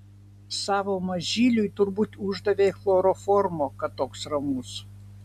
savo mažyliui turbūt uždavei chloroformo kad toks ramus